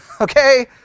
Okay